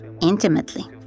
intimately